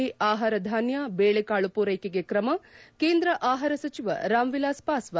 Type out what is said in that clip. ಶ ಆಹಾರಧಾನ್ಯ ಬೇಳೆಕಾಳು ಪೂರ್ವೆಕೆಗೆ ಕ್ರಮ ಕೇಂದ್ರ ಆಹಾರ ಸಚಿವ ರಾಮ್ ವಿಲಾಸ್ ಪಾಸ್ತಾನ್